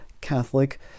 Catholic